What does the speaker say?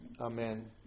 Amen